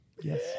Yes